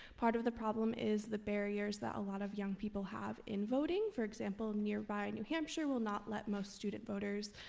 part of the problem is the barriers that a lot of young people have in voting. for example, nearby new hampshire will not let most student voters